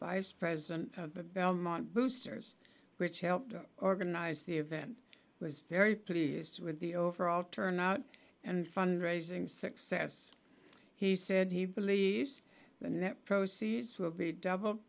vice president of the belmont boosters which helped organize the event was very pleased with the overall turnout and fund raising success he said he believes the net proceeds will be double